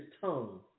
tongue